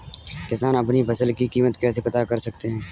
किसान अपनी फसल की कीमत कैसे पता कर सकते हैं?